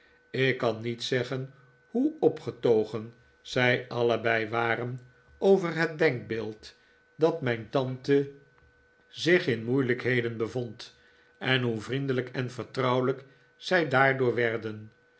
ik kan niet zeggen hoe opgetogen zij allebei waren over het denkbeeld dat mijn tante zich in moeilijkheden bevond en hoe vriendelijk en vertrouwelijk zij daardoor werden